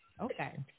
Okay